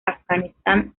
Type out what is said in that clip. afganistán